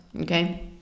okay